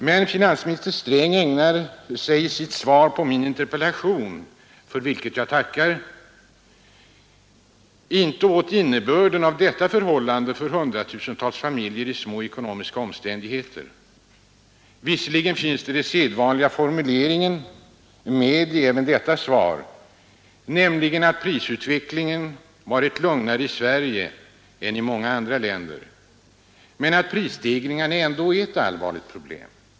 Men finansminister Sträng ägnar sig i sitt svar på min interpellation, för vilket jag tackar, inte åt innebörden av detta förhållande för hundratusentals familjer i små ekonomiska omständigheter. Visserligen finns den sedvanliga formuleringen med även i detta svar, nämligen att prisutvecklingen varit lugnare i Sverige än i många andra länder men att prisstegringarna ändå är ett allvarligt problem.